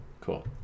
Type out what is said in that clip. Cool